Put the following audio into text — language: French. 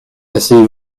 asseyez